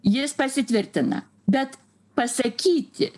jis pasitvirtina bet pasakyti